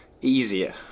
easier